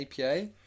apa